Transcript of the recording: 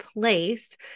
place